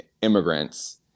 immigrants